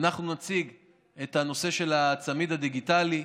אנחנו נציג את הנושא של הצמיד הדיגיטלי,